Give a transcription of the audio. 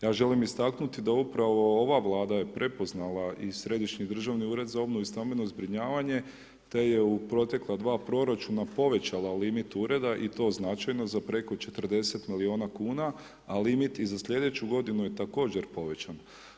Ja želim istaknuti da upravo ova Vlada je prepoznala i Središnji državni ured za obnovu i stambeno zbrinjavanje, te je u protekla dva proračuna povećala limit Ureda i to značajno za preko 40 milijuna kuna, a limit i za slijedeću godinu je također povećan.